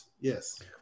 yes